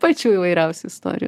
pačių įvairiausių istorijų